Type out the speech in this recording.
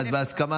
תודה רבה.